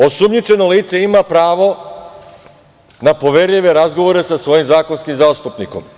Osumnjičeno lice ima pravo na poverljive razgovore sa svojim zakonskim zastupnikom.